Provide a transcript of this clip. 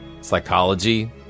psychology